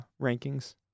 rankings